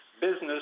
business